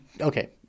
okay